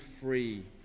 free